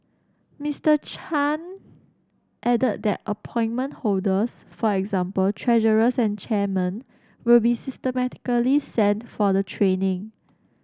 Mister Chan added that appointment holders for example treasurers and chairmen will be systematically sent for the training